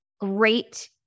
great